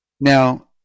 Now